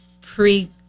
pre-